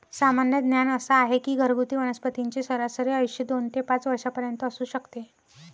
सामान्य ज्ञान असा आहे की घरगुती वनस्पतींचे सरासरी आयुष्य दोन ते पाच वर्षांपर्यंत असू शकते